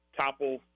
topple